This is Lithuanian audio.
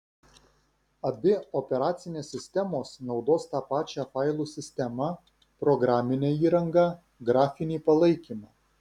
abi operacinės sistemos naudos tą pačią failų sistemą programinę įrangą grafinį palaikymą